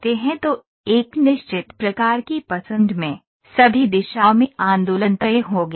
तो एक निश्चित प्रकार की पसंद में सभी दिशाओं में आंदोलन तय हो गया है